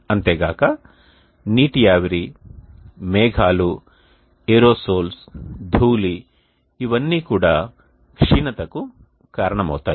అంతే గాక నీటి ఆవిరి మేఘాలు ఏరోసోల్స్ ధూళి ఇవన్నీ కూడా క్షీణతకు కారణమవుతాయి